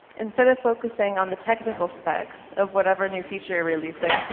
instead of focusing on the technical specs of whatever new feature you're releasing,